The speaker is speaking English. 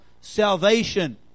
salvation